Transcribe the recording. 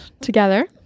together